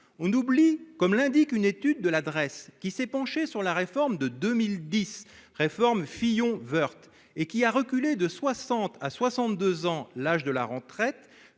on oublie. Comme l'indique une étude de l'adresse qui s'est penché sur la réforme de 2010, réforme, Fillon, Woerth et qui a reculé de 60 à 62 ans l'âge de la rente traite